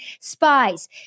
spies